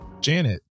Janet